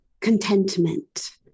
contentment